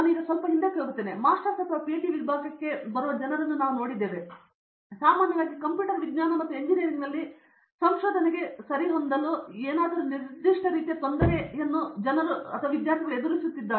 ಈಗ ನಾನು ಸ್ವಲ್ಪ ಹಿಂದಕ್ಕೆ ಹೋಗುತ್ತೇನೆ ಮತ್ತು ಮಾಸ್ಟರ್ಸ್ ಅಥವಾ ಪಿಎಚ್ಡಿ ಪದವಿ ವಿಭಾಗಕ್ಕೆ ಬರುವ ಜನರನ್ನು ನೋಡುತ್ತೇನೆ ಸಾಮಾನ್ಯವಾಗಿ ನೀವು ಕಂಪ್ಯೂಟರ್ ವಿಜ್ಞಾನ ಮತ್ತು ಎಂಜಿನಿಯರಿಂಗ್ನಲ್ಲಿ ಸಂಶೋಧನೆಗೆ ಸರಿಹೊಂದಿಸಲು ಯಾವುದೇ ನಿರ್ದಿಷ್ಟ ರೀತಿಯ ತೊಂದರೆ ಎದುರಿಸುತ್ತಿರುವಿರಿ ಎಂದು ನೋಡುತ್ತೀರಿ